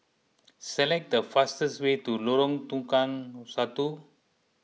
select the fastest way to Lorong Tukang Satu